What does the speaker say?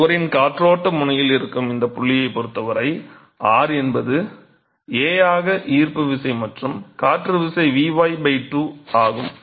சுவரின் காற்றோட்ட முனையில் இருக்கும் இந்த புள்ளியை பொறுத்தவரை r என்பது a ஆக ஈர்ப்பு விசை மற்றும் காற்று விசை Vy2 ஆகும்